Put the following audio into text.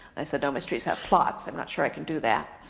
i said, no, mysteries have plots, i'm not sure i can do that.